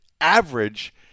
average